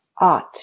art